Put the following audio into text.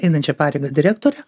einančia pareigą direktore